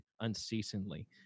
unceasingly